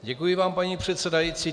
Děkuji vám, paní předsedající.